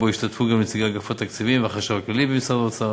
ואשר השתתפו בו גם נציגי אגף תקציבים והחשב הכללי במשרד האוצר,